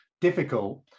difficult